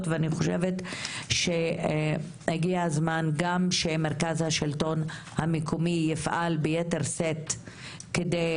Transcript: ואני חושבת שהגיע הזמן שגם מרכז השלטון המקומי יפעל ביתר שאת כדי